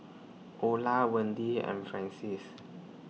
Ola Wendi and Francies